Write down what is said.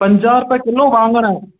पंजाह रुपए किलो वाङण